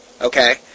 Okay